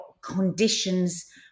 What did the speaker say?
conditions